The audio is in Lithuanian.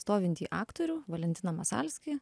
stovintį aktorių valentiną masalskį